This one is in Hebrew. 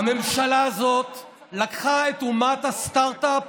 הממשלה הזאת לקחה את אומת הסטרטאפ